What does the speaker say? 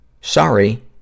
sorry